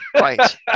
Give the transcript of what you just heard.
Right